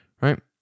right